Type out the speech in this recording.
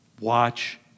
watch